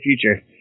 future